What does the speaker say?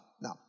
Now